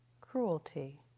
cruelty